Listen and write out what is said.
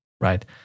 right